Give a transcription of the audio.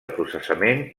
processament